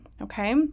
okay